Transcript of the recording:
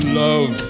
love